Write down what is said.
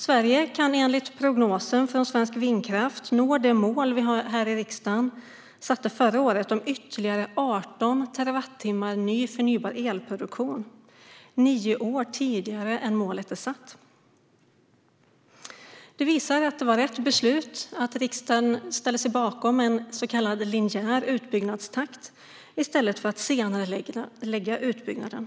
Sverige kan enligt prognosen från Svensk Vindenergi nå det mål som vi här i riksdagen beslutade om förra året - om produktion av ytterligare 18 terawattimmar ny förnybar el - nio år tidigare än vad som sägs i målet. Detta visar att riksdagen fattade rätt beslut när den ställde sig bakom en så kallad linjär utbyggnadstakt i stället för att senarelägga utbyggnaden.